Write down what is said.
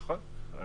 נכון.